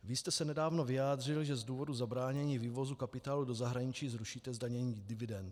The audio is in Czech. Vy jste se nedávno vyjádřil, že z důvodu zabránění vývozu kapitálu do zahraničí zrušíte zdanění dividend.